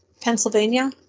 Pennsylvania